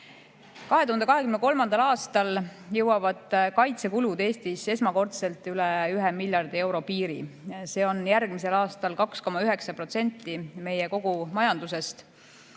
aastal jõuavad kaitsekulud Eestis esmakordselt üle 1 miljardi euro piiri. See on järgmisel aastal 2,9% kogu meie majandusest.